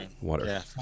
Water